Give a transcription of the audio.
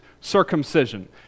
circumcision